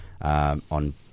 on